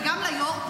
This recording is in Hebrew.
וגם ליו"ר,